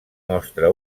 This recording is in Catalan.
mostra